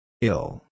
Ill